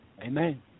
Amen